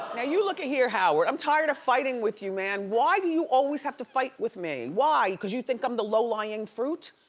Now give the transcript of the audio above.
now you lookie here, howard. i'm tired of fighting with you, man. why do you always have to fight with me? why, cause you think i'm the low lying fruit?